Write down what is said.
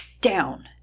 down